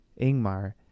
Ingmar